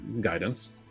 guidance